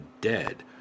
dead